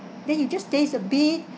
then you just taste a bit